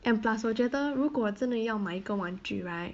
and plus 我觉得如果真的要买一个玩具 right